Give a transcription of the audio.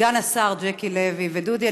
סגן השר ג'קי לוי ודודי,